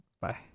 Bye